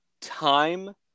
time